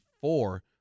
four